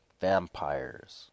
vampires